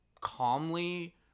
calmly